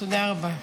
תודה רבה.